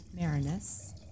Marinus